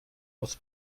aus